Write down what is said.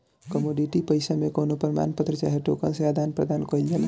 commodity पईसा मे कवनो प्रमाण पत्र चाहे टोकन से आदान प्रदान कईल जाला